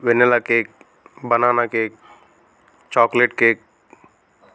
vanilla cake banana cake chocolate cake